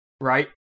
Right